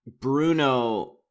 Bruno